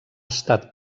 estat